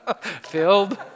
Filled